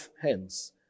hence